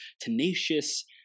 tenacious